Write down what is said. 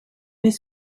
met